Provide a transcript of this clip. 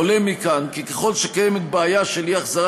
עולה מכאן כי ככל שקיימת בעיה של אי-החזרת